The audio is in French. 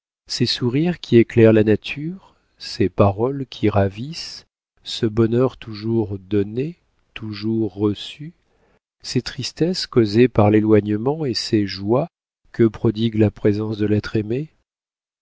ces sourires qui éclairent la nature ces paroles qui ravissent ce bonheur toujours donné toujours reçu ces tristesses causées par l'éloignement et ces joies que prodigue la présence de l'être aimé